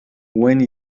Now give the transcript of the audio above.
when